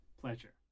Pleasure